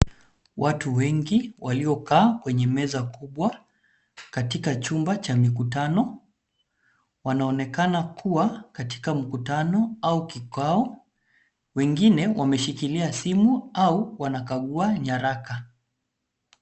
Watu wengi waliokaa kwenye meza kubwa katika chumba cha mkutano. Wanaonekana kuwa katika mkutano au kikao, wengine wameshikilia simu au wanakagua nyaraka.